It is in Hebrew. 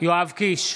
יואב קיש,